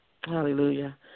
Hallelujah